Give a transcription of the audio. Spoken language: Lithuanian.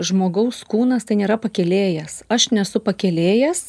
žmogaus kūnas tai nėra pakėlėjas aš nesu pakėlėjas